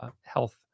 health